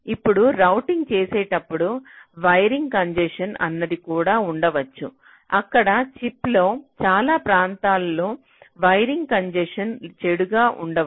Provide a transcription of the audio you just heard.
ఇప్పుడు రౌటింగ్ చేసేటప్పుడు wiring congestion అన్నది కూడా ఉండవచ్చు అక్కడ చిప్లో చాలా ప్రాంతాలలో వైరింగ్ కంజెసెన్ చెడుగా ఉండవచ్చు